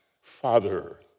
father